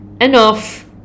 enough